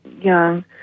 young